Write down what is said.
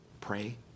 Pray